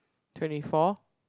twenty four